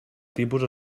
tipus